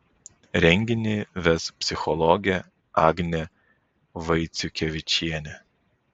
renginį ves psichologė agnė vaiciukevičienė